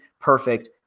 perfect